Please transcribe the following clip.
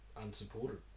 unsupported